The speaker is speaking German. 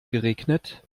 geregnet